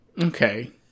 Okay